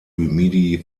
midi